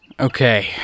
Okay